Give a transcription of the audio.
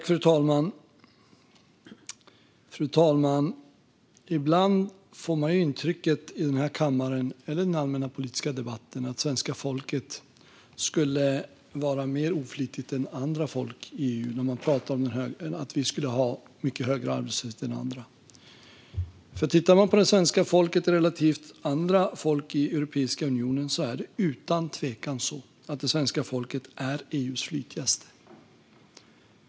Fru talman! Ibland får man intrycket i kammaren och i den allmänpolitiska debatten att svenska folket skulle vara mer oflitigt än andra folk i EU och att vi skulle ha mycket högre arbetslöshet än andra. Men tittar vi på svenska folket relativt andra folk i Europeiska unionen ser vi att svenska folket utan tvekan är EU:s flitigaste.